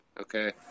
Okay